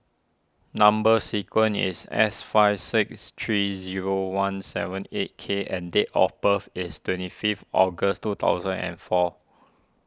Number Sequence is S five six three zero one seven eight K and date of birth is twenty fifth August two thousand and four